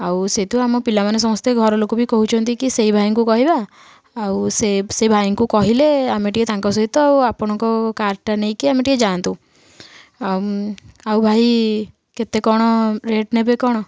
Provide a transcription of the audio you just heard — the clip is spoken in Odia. ଆଉ ସେଇଠୁ ଆମ ପିଲାମାନେ ସମସ୍ତେ ଘର ଲୋକ ବି କହୁଛନ୍ତି କି ସେଇ ଭାଇଙ୍କୁ କହିବା ଆଉ ସେ ସେ ଭାଇଙ୍କୁ କହିଲେ ଆମେ ଟିକେ ତାଙ୍କ ସହିତ ଆଉ ଆପଣଙ୍କ କାରଟା ନେଇକି ଆମେ ଟିକେ ଯାଆନ୍ତୁ ଆଉ ଆଉ ଭାଇ କେତେ କ'ଣ ରେଟ ନେବେ କ'ଣ